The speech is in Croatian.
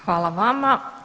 Hvala vama.